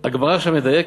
הגמרא שם מדייקת: